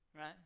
right